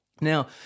Now